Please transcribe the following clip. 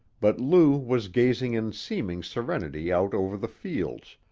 but lou was gazing in seeming serenity out over the fields,